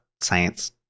science